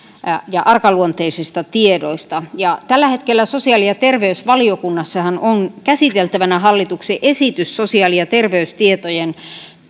ja arkaluonteisista tiedoista tällä hetkellä sosiaali ja terveysvaliokunnassahan on käsiteltävänä hallituksen esitys sosiaali ja terveystietojen